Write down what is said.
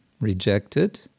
rejected